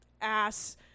ass